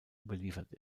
überliefert